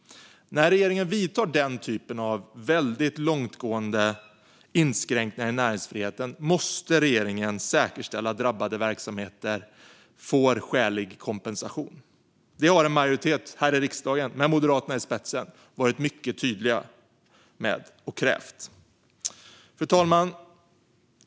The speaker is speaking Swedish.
När regeringen vidtar den typen av väldigt långtgående inskränkningar i näringsfriheten måste regeringen säkerställa att drabbade verksamheter får skälig kompensation. Det har en majoritet här i riksdagen, med Moderaterna i spetsen, varit mycket tydlig med och krävt. Fru talman!